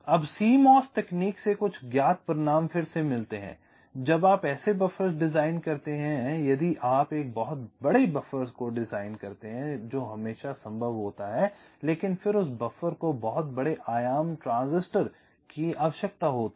अब CMOS तकनीक से कुछ ज्ञात परिणाम फिर से मिलते हैं जब आप ऐसे बफ़र्स डिज़ाइन करते हैं यदि आप एक बहुत बड़े बफर को डिज़ाइन करते हैं जो हमेशा संभव होता है लेकिन उस बफर को बहुत बड़े आयाम ट्रांजिस्टर की आवश्यकता होगी